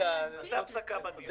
נעשה הפסקה בדיון.